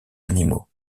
animaux